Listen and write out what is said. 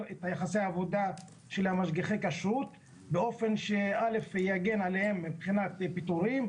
את יחסי העבודה של משגיחי הכשרות באופן שיגן עליהם מבחינת פיטורים,